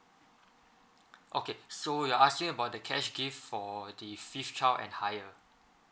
okay so you're asking about the cash gift for the fifth child and higher